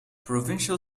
provincial